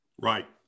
Right